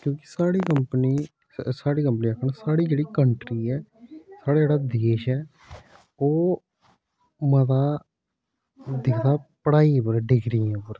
क्योंकि स्हा़ड़ी कंपनी स्हाड़ी कंपनी आक्खा दा स्हाड़ी जेह्ड़ी कंट्री ऐ स्हाड़ा जेह्ड़़ा देश ऐ ओह् मता दिखदा पढ़ाई पर डिग्रियें उप्पर